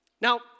Now